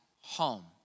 home